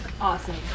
Awesome